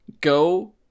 go